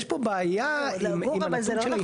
יש פה בעיה עם הנתון של אכלוס.